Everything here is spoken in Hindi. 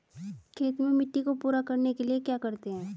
खेत में मिट्टी को पूरा करने के लिए क्या करते हैं?